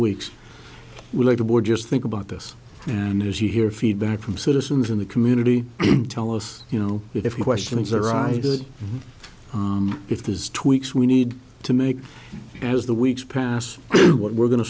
weeks later would just think about this and as you hear feedback from citizens in the community tell us you know if questions arise if there's tweaks we need to make as the weeks pass what we're go